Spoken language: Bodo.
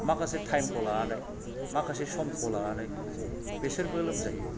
माखासे टाइम खौ लानानै माखासे समखौ लानानै बेसोरबो लोमजायो